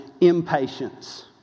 impatience